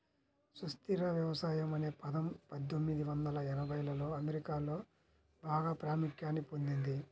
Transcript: సుస్థిర వ్యవసాయం అనే పదం పందొమ్మిది వందల ఎనభైలలో అమెరికాలో బాగా ప్రాముఖ్యాన్ని పొందింది